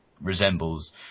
resembles